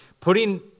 putting